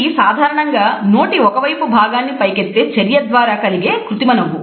ఇది సాధారణంగా నోటి ఒకవైపు భాగాన్ని పైకెత్తే చర్య ద్వారా కలిగె కృత్రిమ నవ్వు